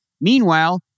Meanwhile